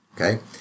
okay